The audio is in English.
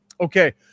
Okay